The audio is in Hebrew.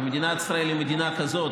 ומדינת ישראל היא מדינה כזו,